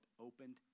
opened